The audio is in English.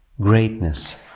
greatness